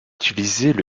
utilisaient